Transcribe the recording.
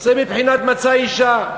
זה בבחינת "מצא אשה".